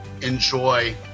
enjoy